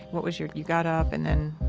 what was your, you got up and then,